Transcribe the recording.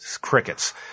crickets